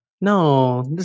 No